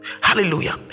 hallelujah